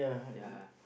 ya